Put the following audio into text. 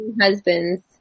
husbands